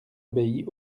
obéit